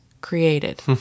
created